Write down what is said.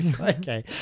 Okay